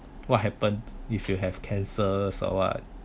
what happens if you have cancer or what